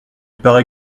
parait